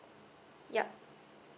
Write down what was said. yup